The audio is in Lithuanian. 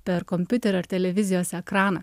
per kompiuterio ar televizijos ekraną